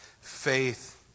faith